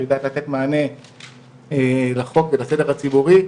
היא יודעת לתת מענה לחוק ולסדר הציבורי,